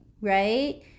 right